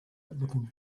looking